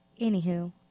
anywho